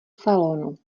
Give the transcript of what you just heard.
salonu